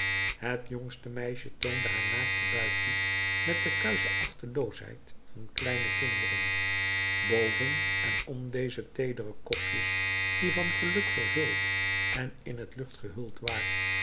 het jongste meisje toonde haar naakte buikje met de kuische achteloosheid van kleine kinderen boven en om deze teedere kopjes die van geluk vervuld en in t licht gehuld waren